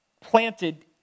planted